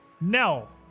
Nell